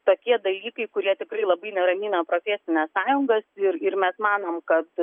tokie dalykai kurie tikrai labai neramina profesines sąjungas ir ir mes manom kad